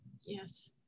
Yes